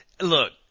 Look